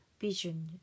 vision